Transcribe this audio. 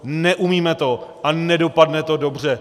Neumíme to a nedopadne to dobře.